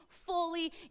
fully